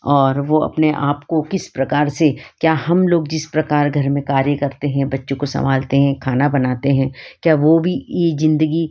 और वह अपने आपको किस प्रकार से क्या हम लोग जिस प्रकार घर में कार्य करते हैं बच्चों को सम्भालते हैं खाना बनाते हैं क्या वह भी ई जिंदगी